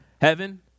Heaven